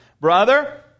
Brother